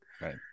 right